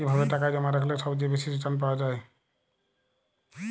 কিভাবে টাকা জমা রাখলে সবচেয়ে বেশি রির্টান পাওয়া য়ায়?